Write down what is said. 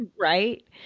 right